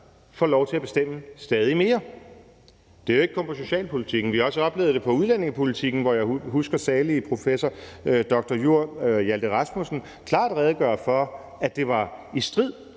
får lov til at bestemme stadig mere. Det er jo ikke kun på socialpolitikken. Vi har også oplevet det på udlændingepolitik, hvor jeg husker salig professor dr.jur. Hjalte Rasmussen klart redegøre for, at overdragelsen var i strid